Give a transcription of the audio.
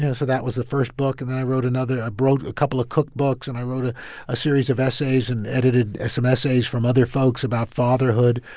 yeah so that was the first book. and then i wrote another. i wrote a couple of cookbooks, and i wrote a a series of essays and edited ah some essays from other folks about fatherhood.